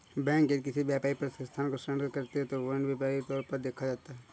bank यदि किसी व्यापारिक प्रतिष्ठान को ऋण देती है तो वह ऋण व्यापारिक ऋण के तौर पर देखा जाता है